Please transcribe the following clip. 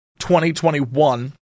2021